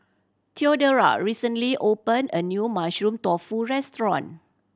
Theodora recently open a new Mushroom Tofu restaurant